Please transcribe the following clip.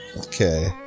Okay